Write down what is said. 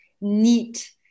neat